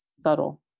subtle